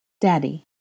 Daddy